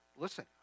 Listen